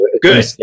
good